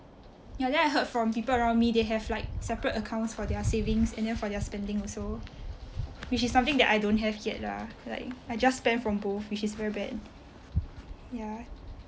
ya then I heard from people around me they have like separate accounts for their savings and then for their spending also which is something that I don't have yet lah like I just spend from both which is very bad ya